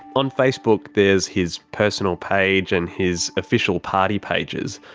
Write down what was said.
on facebook there's his personal page and his official party pages.